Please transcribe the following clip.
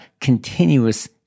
continuous